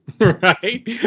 right